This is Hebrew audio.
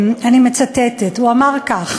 אני מצטטת, הוא אמר כך: